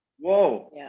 whoa